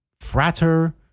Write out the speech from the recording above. Frater